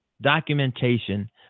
documentation